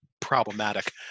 problematic